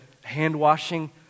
hand-washing